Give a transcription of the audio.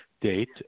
Date